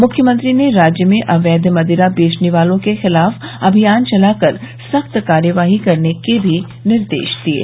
मुख्यमंत्री ने राज्य में अवैध मदिरा बेचने वालों के खिलाफ अभियान चला कर सख्त कार्रवाई करने के भी निर्देश दिये